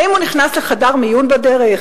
האם הוא נכנס לחדר מיון בדרך?